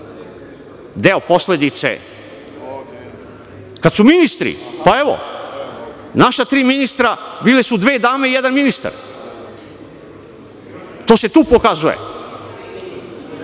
grupe. Kada su ministri u pitanju, od naša tri ministra bile su dve dame i jedan ministar. To se tu pokazuje.